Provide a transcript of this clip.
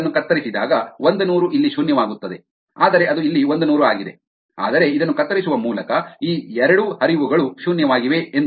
ಇವುಗಳನ್ನು ಕತ್ತರಿಸಿದಾಗ ಒಂದನೂರು ಇಲ್ಲಿ ಶೂನ್ಯವಾಗುತ್ತದೆ ಆದರೆ ಅದು ಇಲ್ಲಿ ಒಂದನೂರು ಆಗಿದೆ ಆದರೆ ಇದನ್ನು ಕತ್ತರಿಸುವ ಮೂಲಕ ಈ ಎರಡೂ ಹರಿವುಗಳು ಶೂನ್ಯವಾಗಿವೆ